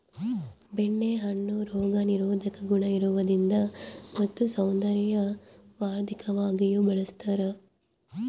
ಬೆಣ್ಣೆ ಹಣ್ಣು ರೋಗ ನಿರೋಧಕ ಗುಣ ಇರುವುದರಿಂದ ಮತ್ತು ಸೌಂದರ್ಯವರ್ಧಕವಾಗಿಯೂ ಬಳಸ್ತಾರ